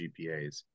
GPAs